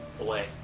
away